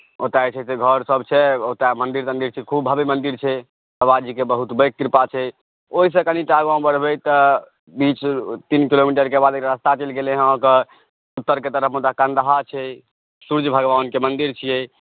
ओतय जे छै से घरसभ छै ओतय मन्दिर तन्दिर छै खूब भव्य मन्दिर छै बाबाजीके बहुत पैघ कृपा छै ओहिसे कनिटा आगाँ बढ़बै तऽ तीन किलोमीटरके बाद एकटा रास्ता चलि गेलै हेँ अहाँके उत्तरके तरफ ओतहि कन्दाहा छै सूर्य भगवानके मन्दिर छियै